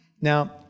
Now